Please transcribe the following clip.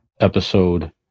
episode